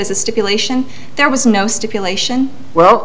as a stipulation there was no stick lation well